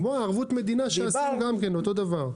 כמו ערבות מדינה, אותו דבר.